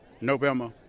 November